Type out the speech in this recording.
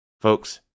Folks